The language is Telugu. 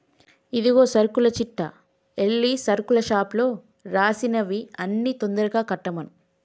ఇదిగో సరుకుల చిట్టా ఎల్లి సరుకుల షాపులో రాసినవి అన్ని తొందరగా కట్టమను